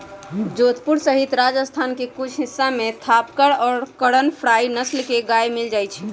जोधपुर सहित राजस्थान के कुछ हिस्सा में थापरकर और करन फ्राइ नस्ल के गाय मील जाहई